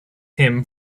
him